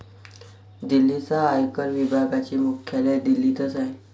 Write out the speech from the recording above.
दिल्लीच्या आयकर विभागाचे मुख्यालय दिल्लीतच आहे